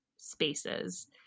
spaces